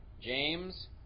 James